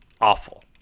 awful